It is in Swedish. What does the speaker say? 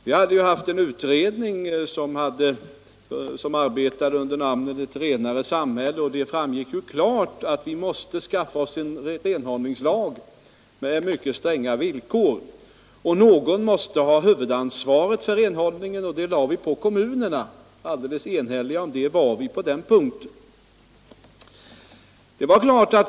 Vi hade haft en utredning som arbetat under namnet ”Ett renare samhälle”, och det framgick klart att vi måste skaffa oss en renhållningslag med mycket stränga villkor. Någon måste också ha huvudansvaret för renhållningen, och det lade vi på kommunerna — på den punkten var vi alldeles enhälliga.